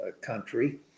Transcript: country